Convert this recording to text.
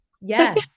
Yes